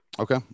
Okay